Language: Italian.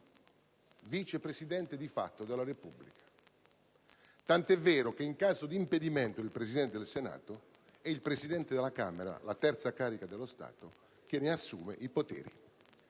Vice Presidente della Repubblica; tant'è vero che, in caso di impedimento del Presidente del Senato, è il Presidente della Camera, la terza carica dello Stato, che ne assume i poteri.